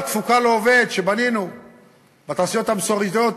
התפוקה לעובד שבנינו בתעשיות המסורתיות,